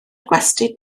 gwesty